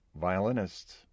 violinist